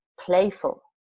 playful